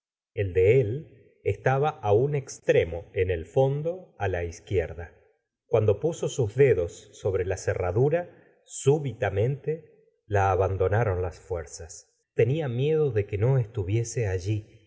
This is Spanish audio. de él estaba á un extremo en el fondo á la izquierda cuando puso sus dedos sobre la cerradura súbitamente la abandonaron las fuerzas tenia miedo de que no estuviese alli